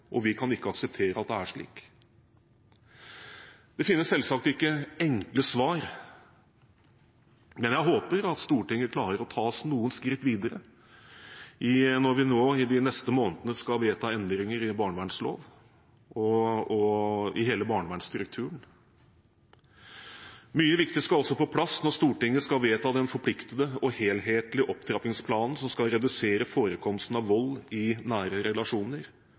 og vi kan ikke akseptere at det er slik. Det finnes selvsagt ikke enkle svar, men jeg håper at Stortinget klarer å ta oss noen skritt videre når vi nå i de neste månedene skal vedta endringer i barnevernsloven og i hele barnevernsstrukturen. Mye viktig skal også på plass når Stortinget skal vedta den forpliktende og helhetlige opptrappingsplanen som skal redusere forekomsten av vold i nære relasjoner